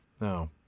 No